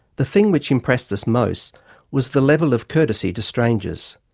the thing which impressed us most was the level of courtesy to strangers.